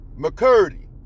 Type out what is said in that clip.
McCurdy